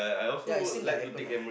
yeah it's same like apple ah